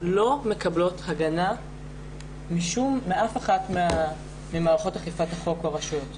לא מקבלות הגנה מאף אחד ממערכות אכיפת החוק והרשויות.